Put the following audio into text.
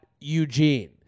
Eugene